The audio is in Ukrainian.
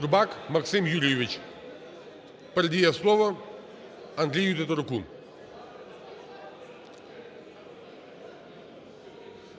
Бурбак Максим Юрійович передає слово Андрію Тетеруку.